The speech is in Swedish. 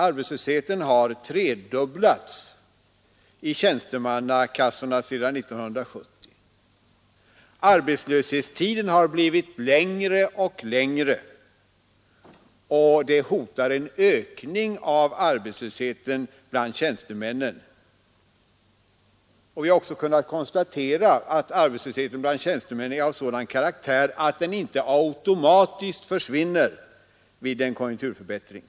Arbetslösheten har tredubblats i tjänstemannakassorna sedan 1970, arbetslöshetstiden har blivit längre och längre, och arbetslösheten bland tjänstemännen hotar att öka. Vi har också kunnat konstatera att arbetslösheten bland tjänstemännen är av sådan karaktär att den inte automatiskt försvinner vid en konjunkturförbättring.